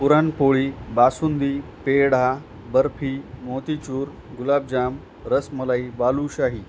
puran poli basundi peda barfi motichoor gulab jamun rasmalai balushahi